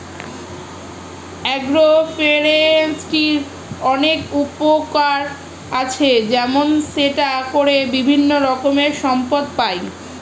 agro ফরেস্ট্রির অনেক উপকার আছে, যেমন সেটা করে বিভিন্ন রকমের সম্পদ পাই